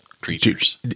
creatures